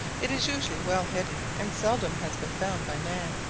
it is usually well hidden and seldom has been found by man.